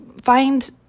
find